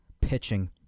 pitching